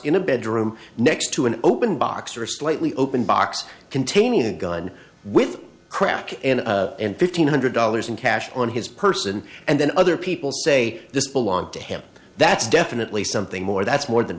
a bedroom next to an open box or slightly open box containing a gun with crack and fifteen hundred dollars in cash on his person and then other people say this belonged to him that's definitely something more that's more than